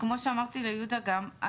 כמו שאמרתי ליהודה גם,